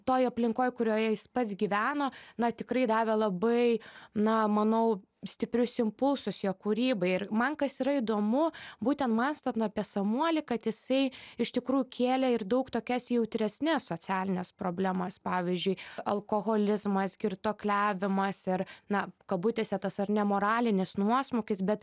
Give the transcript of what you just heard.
toj aplinkoj kurioje jis pats gyveno na tikrai davė labai na manau stiprius impulsus jo kūrybai ir man kas yra įdomu būten mąstant apie samuolį kad jisai iš tikrųjų kėlė ir daug tokias jautresnes socialines problemas pavyzdžiui alkoholizmas girtuokliavimas ir na kabutėse tas ar ne moralinis nuosmukis bet